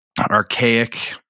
archaic